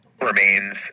remains